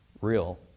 real